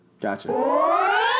gotcha